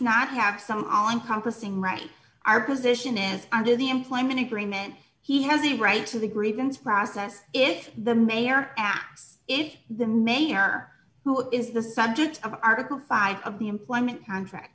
not have some all encompassing right our position is under the employment agreement he has the right to the grievance process if the mayor asks if the mayor who is the subject of article five of the employment contract